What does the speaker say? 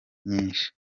nyinshi